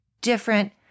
different